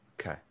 Okay